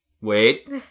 wait